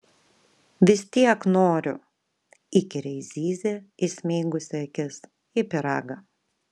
vis tiek noriu įkyriai zyzė įsmeigusi akis į pyragą